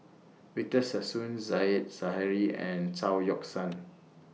Victor Sassoon Said Zahari and Chao Yoke San